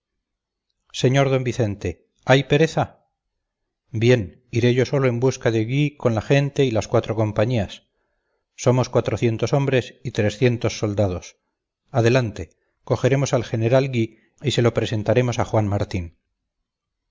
sr d vicente hay pereza bien iré yo solo en busca de gui con la gente y las cuatro compañías somos cuatrocientos hombres y trescientos soldados adelante cogeremos al general gui y se lo presentaremos a juan martín